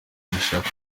ashaka